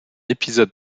épisode